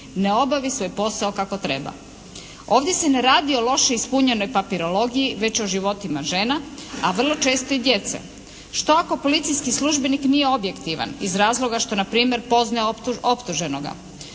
ne obavi svoj posao kako treba. Ovdje se ne radi o loše ispunjenoj papirologiji već o životima žena, a vrlo često i djece. Što ako policijski službenik nije objektivan iz razloga što npr. poznaje optuženoga?